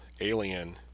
alien